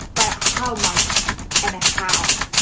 but how much and how?